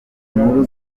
inkuru